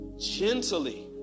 gently